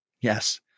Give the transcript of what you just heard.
Yes